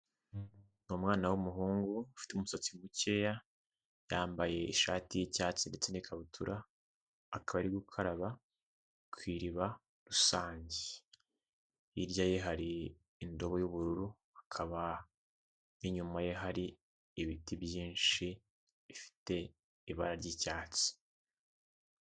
Umwana w'umuhungu ufite umusatsi mukeya, yambaye ishati y'icyatsi ndetse n'ikabutura, akaba ari gukaraba ku iriba rusange. Hirya ye hari indobo y'ubururu hakaba inyuma ye hari ibiti byinshi bifite ibara ry'icyatsi.